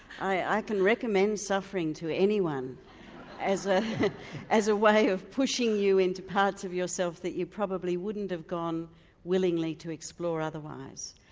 i can recommend suffering to anyone as ah as a way of pushing you into parts of yourself that you probably wouldn't have gone willingly to explore otherwise.